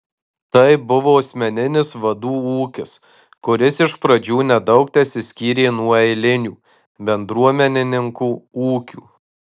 tai buvo asmeninis vadų ūkis kuris iš pradžių nedaug tesiskyrė nuo eilinių bendruomenininkų ūkių